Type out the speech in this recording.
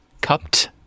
cupped